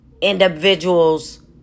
individuals